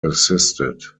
assisted